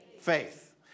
faith